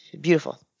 Beautiful